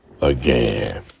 again